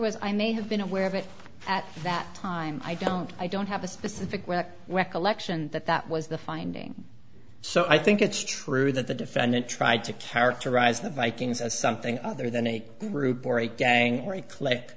was i may have been aware of it at that time i don't i don't have a specific recollection that that was the finding so i think it's true that the defendant tried to characterize the vikings as something other than a group or a gang or a click